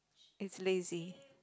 it's lazy